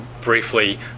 briefly